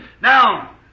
Now